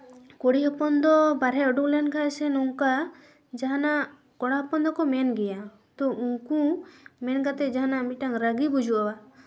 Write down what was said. ᱠᱩᱲᱤ ᱦᱚᱯᱚᱱ ᱫᱚ ᱵᱟᱦᱨᱮ ᱩᱰᱩᱠ ᱞᱮᱱᱠᱷᱟᱱ ᱥᱮ ᱚᱱᱠᱟ ᱡᱟᱦᱟᱱᱟᱜ ᱠᱚᱲᱟ ᱦᱚᱯᱚᱱ ᱫᱚᱠᱚ ᱢᱮᱱ ᱜᱮᱭᱟ ᱛᱚ ᱩᱱᱠᱩ ᱢᱮᱱ ᱠᱟᱛᱮ ᱡᱟᱦᱟᱱᱟᱜ ᱢᱤᱫᱴᱟᱱ ᱨᱟᱹᱜᱤ ᱵᱩᱡᱩᱜᱼᱟ